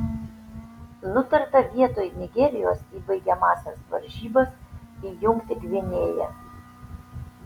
nutarta vietoj nigerijos į baigiamąsias varžybas įjungti gvinėją